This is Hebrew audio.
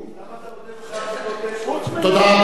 למה אתה רודף אחרי הפסקות אש כל הזמן?